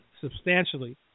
substantially